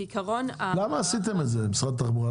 למה עשיתם את זה משרד התחבורה?